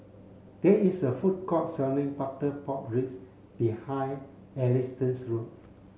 there is a food court selling butter pork ribs behind Ernestine's house